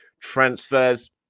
transfers